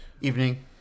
Evening